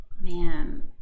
man